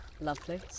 lovely